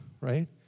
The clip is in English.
right